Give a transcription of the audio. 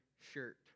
shirt